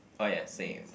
oh ya same